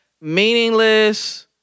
meaningless